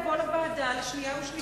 תבוא לוועדה שתדון לקריאה שנייה ושלישית.